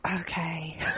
okay